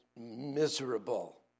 miserable